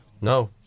No